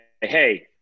hey